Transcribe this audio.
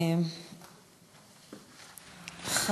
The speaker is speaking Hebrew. תודה.